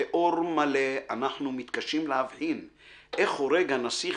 / באור מלא אנחנו מתקשים להבחין / איך הורג הנסיך